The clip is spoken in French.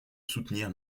soutenir